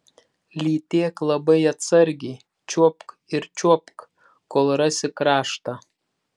lytėk labai atsargiai čiuopk ir čiuopk kol rasi kraštą